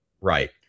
right